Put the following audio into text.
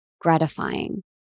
gratifying